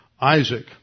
Isaac